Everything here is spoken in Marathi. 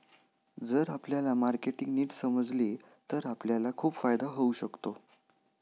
जर आपल्याला मार्केटिंग नीट समजले तर आपल्याला खूप फायदा होऊ शकतो